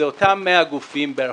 זה אותם 100 גופים בערך,